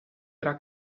era